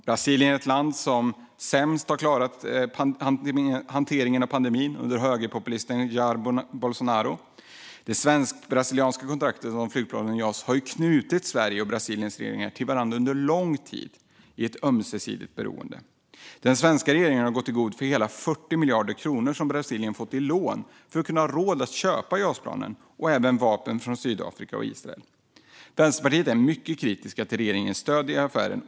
Brasilien är det land som sämst klarat hanteringen av pandemin under högerpopulisten Jair Bolsonaro. Det svensk-brasilianska kontraktet om flygplanet Jas har knutit Sveriges och Brasiliens regeringar till varandra under lång tid i ett ömsesidigt beroende. Den svenska regeringen har gått i god för hela 40 miljarder kronor som Brasilien har fått i lån för att kunna ha råd att köpa JAS-planen och även vapen från Sydafrika och Israel. Vänsterpartiet är mycket kritiskt till regeringens stöd till affären.